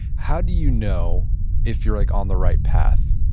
how do you know if you're like on the right path?